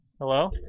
Hello